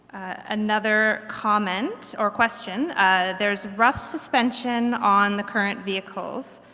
another comment or question there's rough suspension on the current vehicles.